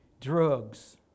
drugs